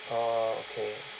orh okay